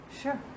Sure